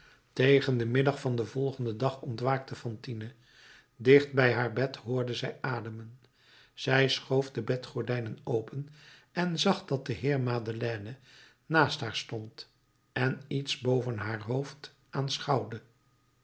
tegen den middag van den volgenden dag ontwaakte fantine dicht bij haar bed hoorde zij ademen zij schoof de bedgordijn open en zag dat de heer madeleine naast haar stond en iets boven haar hoofd